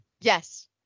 Yes